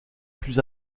plus